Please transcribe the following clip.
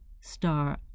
star